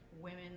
women